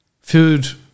Food